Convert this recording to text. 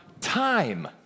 time